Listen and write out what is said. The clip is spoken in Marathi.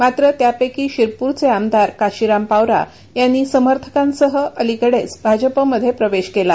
मात्र त्यापैकी शिरपूरचे आमदार काशिराम पावरा यांनी समर्थकांसह अलीकडेच भाजपमध्ये प्रवेश केला